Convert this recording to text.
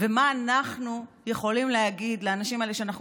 ומה אנחנו יכולים להגיד לאנשים האלה כשאנחנו